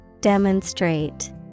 Demonstrate